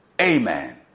amen